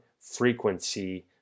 frequency